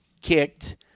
kicked